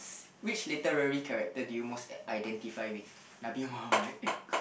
which literary character do you most identify with